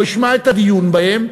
לא ישמע את הדיון בהן,